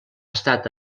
estat